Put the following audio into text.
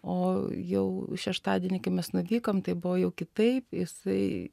o jau šeštadienį kai mes nuvykom tai buvo jau kitaip jisai